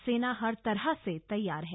सेना हर तरह से तैयार है